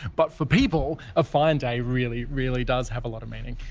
but for people, a fine day really really does have a lot of meaning.